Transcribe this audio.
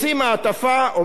אומר לו: אדוני המדריך,